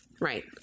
Right